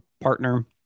partner